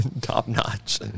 top-notch